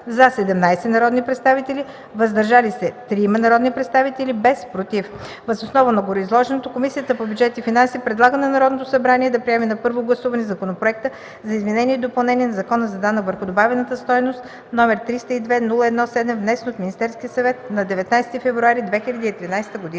– 17 народни представители, „въздържали се” – 3 народни представители, без „против”. Въз основа на гореизложеното Комисията по бюджет и финанси предлага на Народното събрание да приеме на първо гласуване Законопроекта за изменение и допълнение на Закона за данък върху добавената стойност, № 302-01-7, внесен от Министерския съвет на 19 февруари 2013 г.”